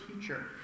teacher